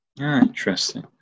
Interesting